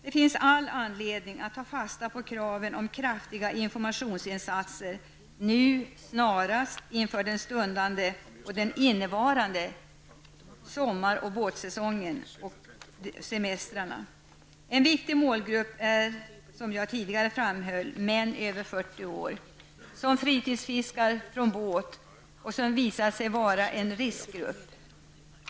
Det finns all anledning att ta fasta på kraven om kraftiga informationsinsatser nu snarast inför den innevarande vår och sommarsäsongen samt semestrarna. En viktig målgrupp är som jag tidigare framhöll, män över 40 år som fritidsfiskar från båt och som visat sig vara en riskgrupp.